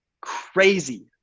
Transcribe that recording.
Crazy